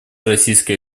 российская